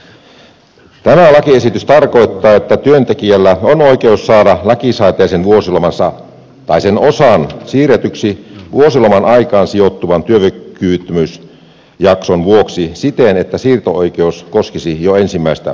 tämä lakiesitys tarkoittaa että työntekijällä on oikeus saada lakisääteisen vuosilomansa tai sen osan siirretyksi vuosiloman aikaan sijoittuvan työkyvyttömyysjakson vuoksi siten että siirto oikeus koskisi jo ensimmäistä sairauslomapäivää